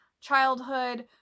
childhood